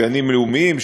גנים לאומיים,